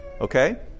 Okay